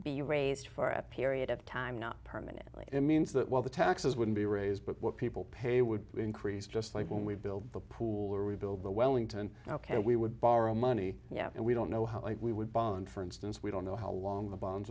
the rates for at period of time not permit it means that well the taxes would be raised but what people pay would be increased just like when we build the pool or we build the wellington ok we would borrow money yeah and we don't know how we would bond for instance we don't know how long the bonds